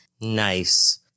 Nice